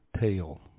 tail